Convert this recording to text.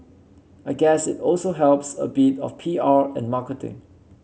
I guess it also helps a bit of P R and marketing